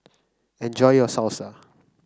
enjoy your Salsa